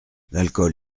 l’alcool